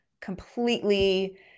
Completely